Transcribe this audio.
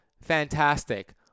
fantastic